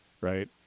right